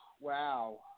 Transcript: Wow